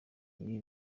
ibi